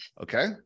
Okay